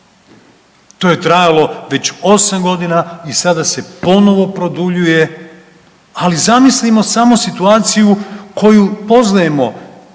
To je trajalo već osam godina i sada se ponovo produljuje, ali zamislimo samo situaciju koju poznajemo,